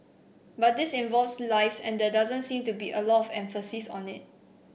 but this involves lives and there doesn't seem to be a lot of emphasis on it